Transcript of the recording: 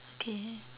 okay